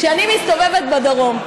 כשאני מסתובבת בדרום,